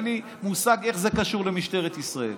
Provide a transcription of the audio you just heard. אין לי מושג איך זה קשור למשטרת ישראל.